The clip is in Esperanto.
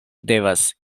devas